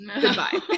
Goodbye